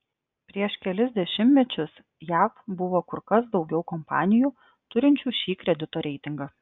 prieš kelis dešimtmečius jav buvo kur kas daugiau kompanijų turinčių šį kredito reitingą